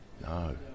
No